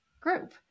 group